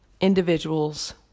individuals